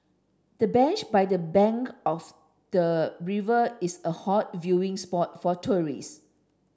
the bench by the bank of the river is a hot viewing spot for tourist